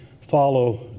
follow